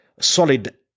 solid